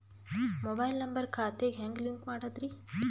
Mobile number ಖಾತೆ ಗೆ ಹೆಂಗ್ ಲಿಂಕ್ ಮಾಡದ್ರಿ?